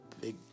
big